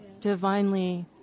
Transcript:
divinely